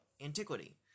antiquity